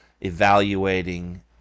evaluating